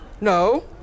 No